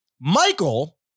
Michael